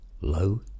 low